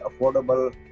affordable